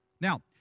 Now